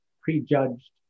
prejudged